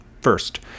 First